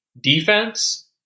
defense